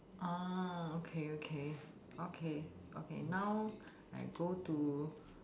ah okay okay okay okay now I go to